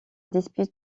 dispute